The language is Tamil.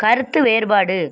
கருத்து வேறுபாடு